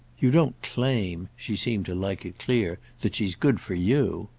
you don't claim she seemed to like it clear that she's good for you.